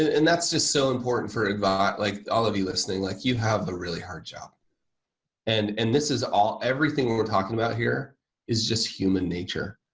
and that's just so important for like all of you listing like you have a really hard job and and this is everything we're talking about here is just human nature.